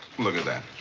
look at that.